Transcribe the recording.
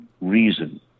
reason